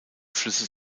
flüsse